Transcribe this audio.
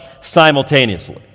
simultaneously